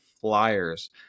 flyers